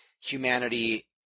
humanity